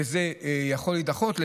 שיכול להידחות,